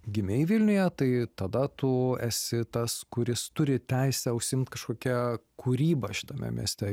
gimei vilniuje tai tada tu esi tas kuris turi teisę užsiimt kažkokia kūryba šitame mieste